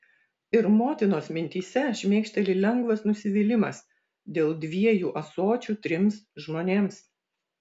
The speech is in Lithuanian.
ir motinos mintyse šmėkšteli lengvas nusivylimas dėl dviejų ąsočių trims žmonėms